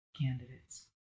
candidates